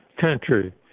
country